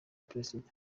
prezida